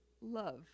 love